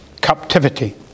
captivity